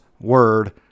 word